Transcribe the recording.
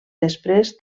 després